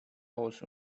aus